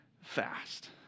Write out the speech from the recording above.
fast